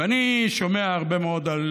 ואני שומע הרבה מאוד על